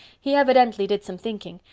he evidently did some thinking,